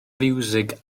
fiwsig